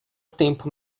tempo